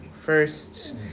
first